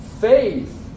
Faith